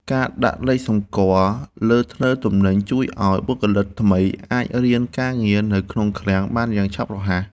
ការដាក់លេខសម្គាល់លើធ្នើទំនិញជួយឱ្យបុគ្គលិកថ្មីអាចរៀនការងារនៅក្នុងឃ្លាំងបានយ៉ាងឆាប់រហ័ស។